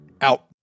out